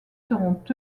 seront